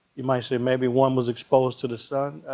you might say maybe one was exposed to the sun.